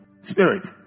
spirit